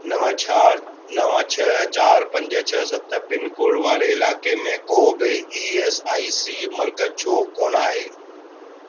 नव छह नव छह चारि पंज छह सत पिनकोड वारे इलाइक़े में को बि ई एस आई सी मर्कज़ु छो कोन आहे